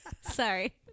Sorry